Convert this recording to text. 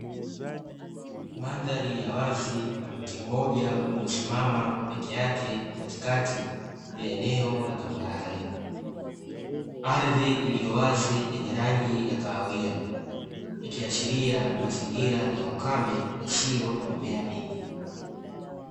Mandhari ya wazi Kuna miti mmoja ulosimama peke ake katikati ya eneo la tambarare, ardhi iliyowazi yenye rangi ya kahawia ikiashiria mazingira ya ukame yasiyo na mimea mingi.